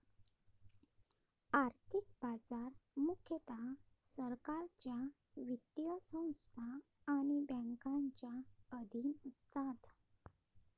आर्थिक बाजार मुख्यतः सरकारच्या वित्तीय संस्था आणि बँकांच्या अधीन असतात